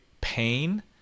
pain